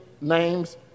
names